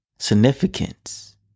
significance